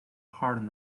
hard